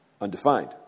undefined